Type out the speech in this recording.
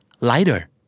Lighter